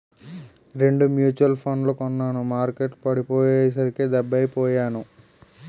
రెండు మ్యూచువల్ ఫండ్లు కొన్నాను మార్కెట్టు పడిపోయ్యేసరికి డెబ్బై పొయ్యాను